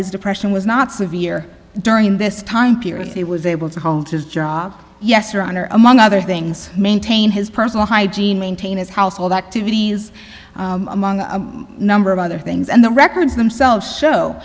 his depression was not severe during this time period he was able to hold his job yes your honor among other things maintain his personal hygiene maintain his household activities among a number of other things and the records themselves show